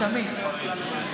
תמיד.